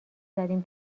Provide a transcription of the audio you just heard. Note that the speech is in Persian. زدیم